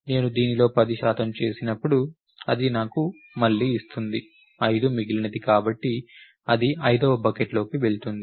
నేను దీనిలో 10 శాతం చేసినప్పుడు అది నాకు మళ్లీ ఇస్తుంది 5 మిగిలినది కాబట్టి అది 5వ బకెట్లోకి వెళుతుంది